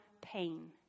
pain